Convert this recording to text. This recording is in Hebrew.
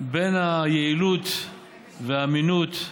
בין היעילות והאמינות,